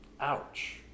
Ouch